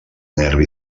nervi